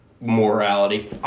morality